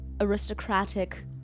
aristocratic